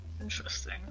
Interesting